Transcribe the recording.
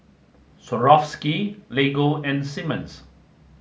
Swarovski Lego and Simmons